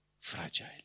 fragile